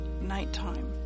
nighttime